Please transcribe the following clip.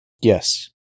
Yes